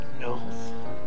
No